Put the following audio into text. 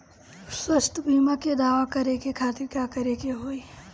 स्वास्थ्य बीमा के दावा करे के खातिर का करे के होई?